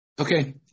Okay